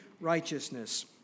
righteousness